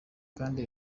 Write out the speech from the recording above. kandi